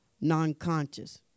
non-conscious